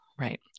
Right